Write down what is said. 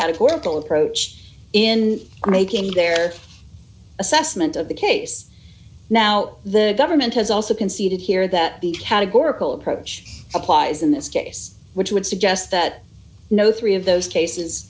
categorical approach in making their assessment of the case now the government has also conceded here that the categorical approach applies in this case which would suggest that no three of those cases